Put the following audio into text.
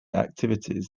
activities